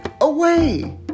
away